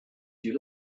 you